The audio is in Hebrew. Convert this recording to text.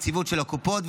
יציבות של הקופות,